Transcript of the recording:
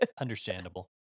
understandable